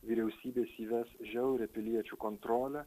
vyriausybės įves žiaurią piliečių kontrolę